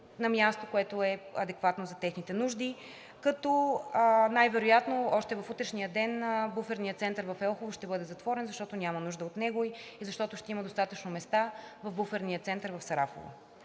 на място, което е адекватно за техните нужди, като най-вероятно още в утрешния ден Буферният център в Елхово ще бъде затворен, защото няма нужда от него и защото ще има достатъчно места в Буферния център в Сарафово.